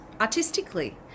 artistically